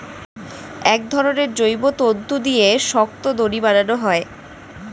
এক ধরনের জৈব তন্তু দিয়ে শক্ত দড়ি বানানো হয়